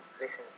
listen